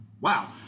Wow